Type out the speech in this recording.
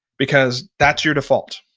because that's your default?